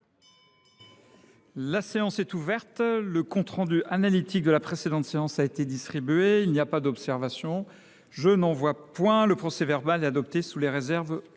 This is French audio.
La séance est ouverte. Le compte rendu analytique de la précédente séance a été distribué. Il n'y a pas d'observation. Je n'envoie point le procès verbal et adopté sous les réserves